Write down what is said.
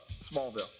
Smallville